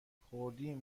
خوردیم